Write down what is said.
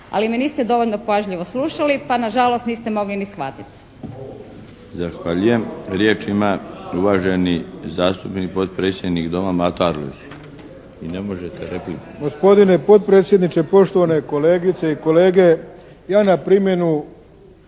Ali me niste dovoljno pažljivo slušali pa nažalost niste mogli ni shvatiti. **Milinović, Darko (HDZ)** Zahvaljujem. Riječ ima uvaženi zastupnik, potpredsjednik Doma Mato Arlović. **Arlović, Mato (SDP)** Gospodine potpredsjedniče, poštovane kolegice i kolege. Ja na primjenu